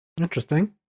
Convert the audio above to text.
Interesting